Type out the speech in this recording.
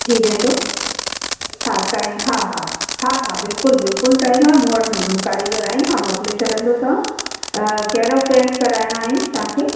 थी वेंदो हा टाइम हा हा हा हा बिल्कुलु बिल्कुलु टाइम आहे मूं वटि कारीगर आहिनि मां मोकिले छॾंदोसाव कहिड़ो पेंट करइणा आहिनि तव्हांखे